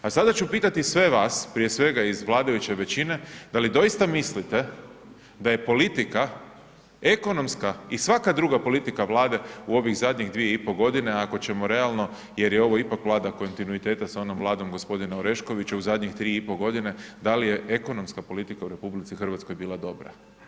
A sada ću pitati i sve vas, prije svega iz vladajuće većine da li doista mislite da je politika ekonomska i svaka druga politika Vlade u ovih zadnjih 2,5 godine ako ćemo realno jer je ovo ipak Vlada kontinuiteta sa onom Vladom gospodina Oreškovića u zadnjih 3,5 godine da li je ekonomska politika u RH bila dobra.